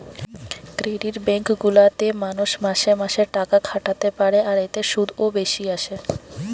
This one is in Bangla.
ক্রেডিট বেঙ্ক গুলা তে মানুষ মাসে মাসে টাকা খাটাতে পারে আর এতে শুধও বেশি আসে